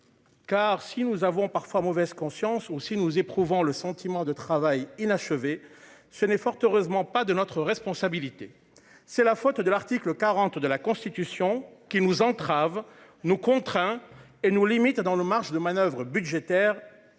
Car si nous avons parfois mauvaise conscience aussi nous éprouvant le sentiment de travail inachevé. Ce n'est fort heureusement pas de notre responsabilité, c'est la faute de l'article 40 de la Constitution qui nous entrave nous contraint et nous limite dans la marge de manoeuvre budgétaire.